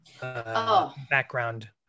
background